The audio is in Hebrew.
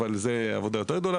אבל זוהי עבודה גדולה יותר.